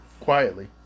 quietly